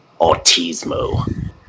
Autismo